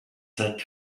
set